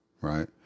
Right